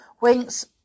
Winks